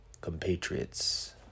compatriots